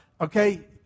okay